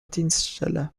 dienststelle